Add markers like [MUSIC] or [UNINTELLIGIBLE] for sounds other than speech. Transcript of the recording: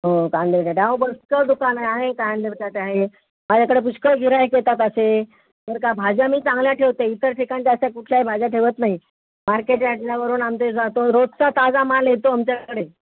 हो कांदे [UNINTELLIGIBLE] अहो [UNINTELLIGIBLE] दुकान आहे कांदे बटाटे आहे माझ्याकडे पुष्कळ गिऱ्हाईक येतात असे तर त्या भाज्या मी चांगल्या ठेवते इतर ठिकाणच्या अशा कुठल्याही भाज्या ठेवत नाही मार्केट याडला वरून आमचे जातो रोजचा ताजा माल येतो आमच्याकडे